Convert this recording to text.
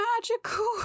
magical